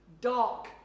dark